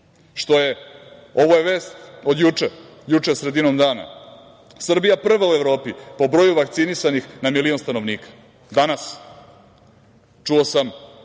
vašeg? Ovo je vest od juče, juče sredinom dana – Srbija prva u Evropi po broju vakcinisanih na milion stanovnika. Danas sam